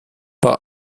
paar